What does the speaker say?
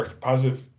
positive